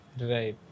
Right